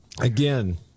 Again